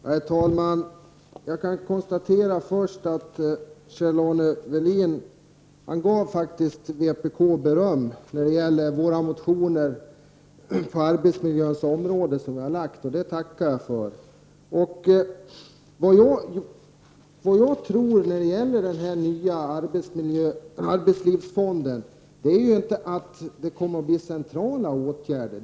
Herr talman! Jag kan först konstatera att Kjell-Arne Welin faktiskt gav vpk beröm för de motioner som vi väckt på arbetsmiljöns område, och det tackar jag för. Jag tror inte att den nya arbetslivsfonden kommer att innebära att det blir centrala åtgärder.